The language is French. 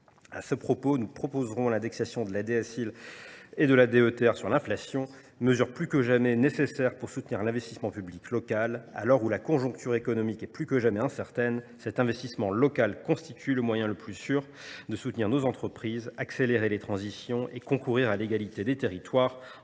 À cet égard, nous proposerons l’indexation de la DSIL et celle de la DETR sur l’inflation, des mesures hautement nécessaires pour soutenir l’investissement public local. À l’heure où la conjoncture économique est plus que jamais incertaine, cet investissement local constitue le moyen le plus sûr de soutenir nos entreprises, d’accélérer les transitions et de concourir à l’égalité des territoires.